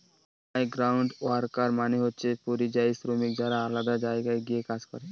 migrant worker মানে হচ্ছে পরিযায়ী শ্রমিক যারা আলাদা জায়গায় গিয়ে কাজ করে